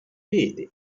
vede